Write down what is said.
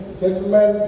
gentlemen